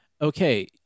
Okay